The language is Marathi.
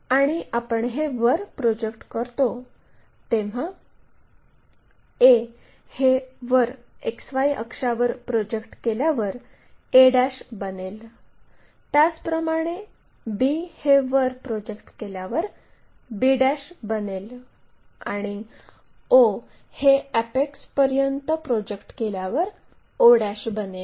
आणि आपण हे वर प्रोजेक्ट करतो तेव्हा a हे वर XY अक्षावर प्रोजेक्ट केल्यावर a बनेल त्याचप्रमाणे b हे वर प्रोजेक्ट केल्यावर b बनेल आणि o हे अॅपेक्सपर्यंत प्रोजेक्ट केल्यावर o बनेल